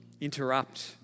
interrupt